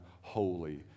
holy